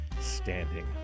standing